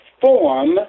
form